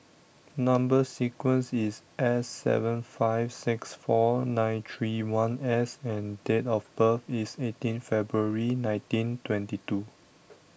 Number sequence IS S seven five six four nine three one S and Date of birth IS eighteen February nineteen twenty two